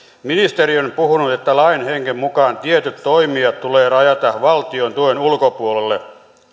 ministeri on on puhunut että lain hengen mukaan tietyt toimijat tulee rajata valtion tuen ulkopuolelle